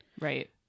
Right